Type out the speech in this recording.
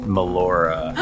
Melora